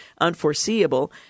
unforeseeable